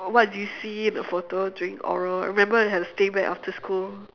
what do you see in the photo during oral I remember we had to stay back after school